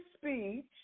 speech